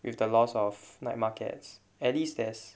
with the loss of night markets at least there's